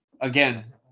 again